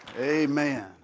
Amen